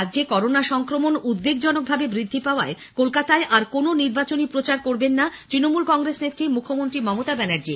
রাজ্যে করোনা সংক্রমণ উদ্বেগজনকভাবে বৃদ্ধি পাওয়ায় কলকাতায় আর কোনো নির্বাচনী প্রচার করবেন না তৃণমূল কংগ্রেস নেত্রী মুখ্যমন্ত্রী মমতা ব্যানার্জি